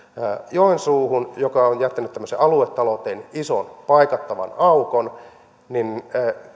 joensuuhun mikä on jättänyt aluetalouteen tämmöisen ison paikattavan aukon niin